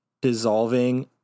dissolving